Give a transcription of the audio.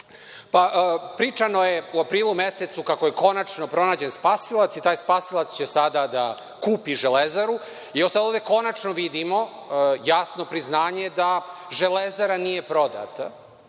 Pričano je u aprilu mesecu kako je konačno pronađen spasilac i taj spasilac će sada da kupi „Železaru“. Sad ovde konačno vidimo jasno priznanje da „Železara“ nije prodata,